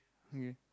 okay